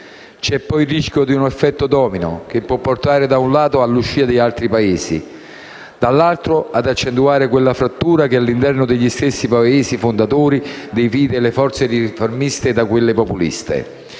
è poi il rischio di un effetto domino che può portare da un lato all'uscita di altri Paesi, dall'altro ad accentuare quella frattura che all'interno degli stessi Paesi fondatori divide le forze riformiste da quelle populiste.